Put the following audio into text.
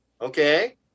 Okay